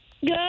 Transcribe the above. Good